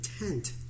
intent